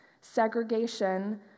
segregation